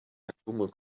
atome